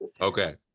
Okay